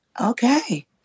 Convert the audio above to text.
Okay